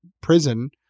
prison